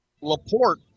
Laporte